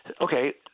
Okay